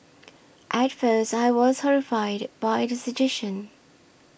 at first I was horrified by the suggestion